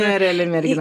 nereali mergina